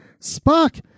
Spock